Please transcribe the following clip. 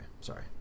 sorry